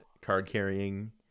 card-carrying